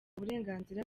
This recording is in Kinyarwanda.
uburenganzira